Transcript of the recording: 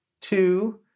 Two